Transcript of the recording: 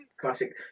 classic